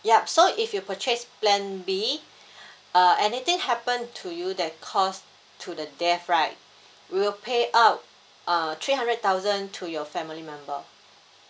yup so if you purchase plan B uh anything happen to you that cause to the death right we'll pay up uh three hundred thousand to your family member